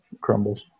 crumbles